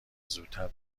زودتر